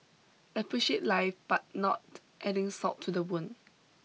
appreciate life but not adding salt to the wound